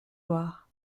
loire